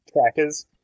trackers